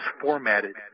formatted